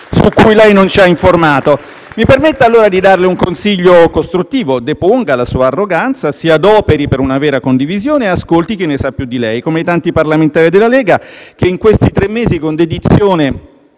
su cui lei non ci ha informati. (*Applausi*). Mi permetta allora di darle un consiglio costruttivo: deponga la sua arroganza, si adoperi per una vera condivisione e ascolti chi ne sa più di lei, come i tanti parlamentari della Lega che in questi tre mesi, con dedizione